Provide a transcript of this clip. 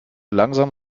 langsam